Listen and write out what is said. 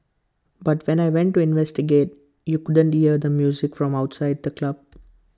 but when I went to investigate you couldn't hear the music from outside the club